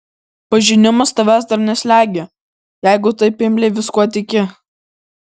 pažinimas tavęs dar neslegia jeigu taip imliai viskuo tiki